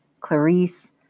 Clarice